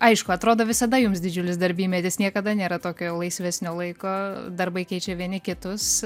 aišku atrodo visada jums didžiulis darbymetis niekada nėra tokio laisvesnio laiko darbai keičia vieni kitus